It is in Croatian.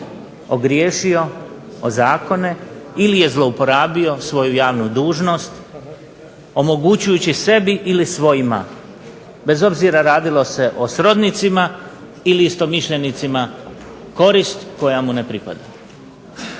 ogriješio o zakone ili je zlouporabio svoju javnu dužnost omogućujući sebi ili svojima bez obzira radilo se o srodnicima ili istomišljenicima korist koja mu ne pripada.